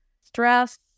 stress